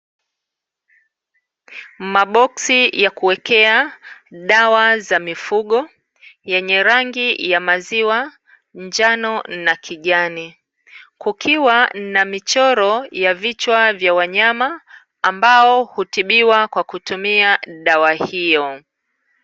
Maboksi ya kuwekea dawa za mifugo yenye rangi ya maziwa, njano na kijani, Kukiwa na michoro ya vichwa vya wanyama ambao hutibiwa kwa kutumia dawa hiyo.